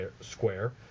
square